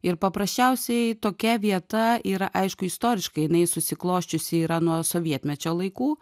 ir paprasčiausiai tokia vieta yra aišku istoriškai jinai susiklosčiusi yra nuo sovietmečio laikų